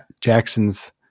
Jackson's